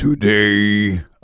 Today